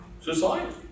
society